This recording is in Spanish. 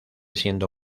siendo